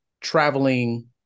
traveling